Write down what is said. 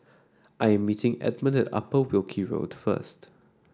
I am meeting Edmond at Upper Wilkie Road first